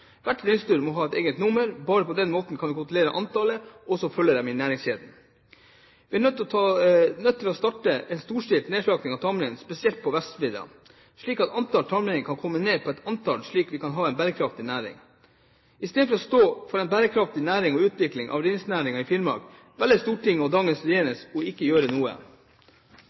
Hvert reinsdyr må ha et eget nummer. Bare på den måten kan vi kontrollere antallet og følge dem i næringskjeden. Vi er nødt til å starte en storstilt nedslakting av tamrein, spesielt på vestvidda, slik at antall tamrein kan komme ned på et slikt antall at vi kan ha en bærekraftig næring. Istedenfor å stå for en bærekraftig utvikling av reindriftsnæringen i Finnmark velger Stortinget og dagens regjering ikke å gjøre noe.